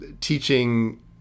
teaching